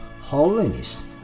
holiness